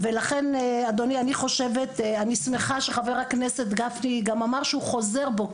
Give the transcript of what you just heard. אני שמחה שחבר הכנסת גפני גם אמר שהוא חוזר בו,